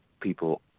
people –